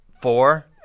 four